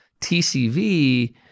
TCV